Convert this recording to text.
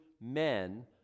men